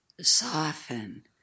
soften